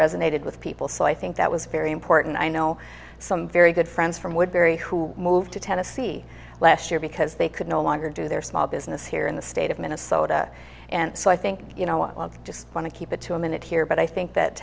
resonated with people so i think that was very important i know some very good friends from woodbury who moved to tennessee last year because they could no longer do their small business here in the state of minnesota and so i think you know i just want to keep it to a minute here but i think that